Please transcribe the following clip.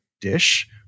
dish